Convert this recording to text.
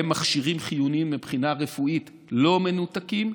מכשירים חיוניים מבחינה רפואית לא מנותקים,